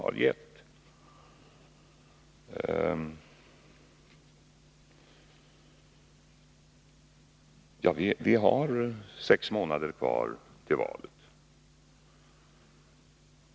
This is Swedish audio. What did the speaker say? Ja, vi har sex månader kvar till valet.